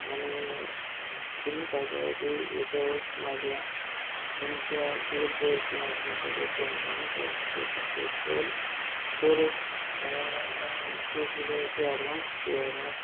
आणि तुम्ही काय करा की येत्या वेळेस माझ्या फोन किंवा गुगल पेवर किंवा तुमचा जर कोनी मानूस असे शल तर जे दिले होते ॲडव्हान्स ते ॲडव्हान्स